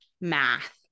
math